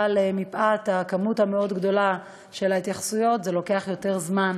אבל מפאת הכמות המאוד-גדולה של ההתייחסויות זה לוקח יותר זמן,